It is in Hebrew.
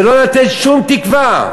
ולא לתת שום תקווה.